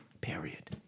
Period